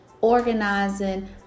organizing